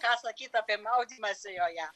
ką sakyt apie maudymąsi joje